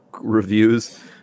reviews